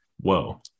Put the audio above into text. whoa